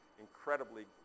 incredibly